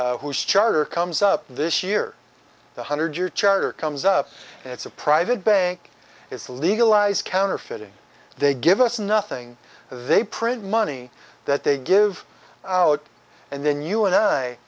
reserve whose charter comes up this year the hundred year charter comes up and it's a private bank it's a legalized counterfeiting they give us nothing they print money that they give out and then you and i